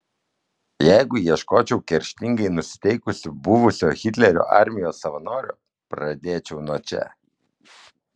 jeigu ieškočiau kerštingai nusiteikusio buvusio hitlerio armijos savanorio pradėčiau nuo čia